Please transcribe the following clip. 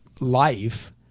life